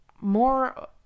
more